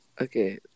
Okay